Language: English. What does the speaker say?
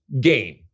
game